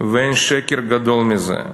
ואין שקר גדול מזה.